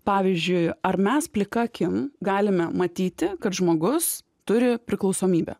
pavyzdžiui ar mes plika akim galime matyti kad žmogus turi priklausomybę